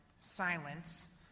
silence